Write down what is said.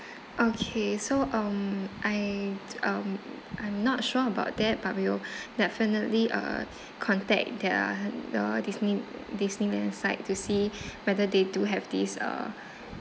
okay so um I um I'm not sure about that but we will definitely uh contact their uh disney disneyland side to see whether they do have this uh